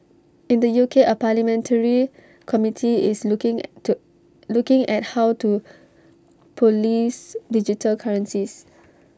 in the U K A parliamentary committee is looking at the looking at how to Police digital currencies